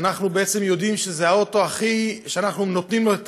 ואנחנו בעצם יודעים שזה האוטו שאנחנו נותנים לו,